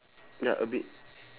ya a bit